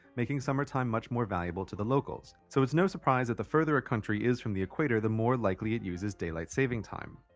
making summer time much more valuable to the locals. so it's no surprise that the further a country is from the equator the more likely it uses daylight saving time.